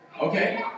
okay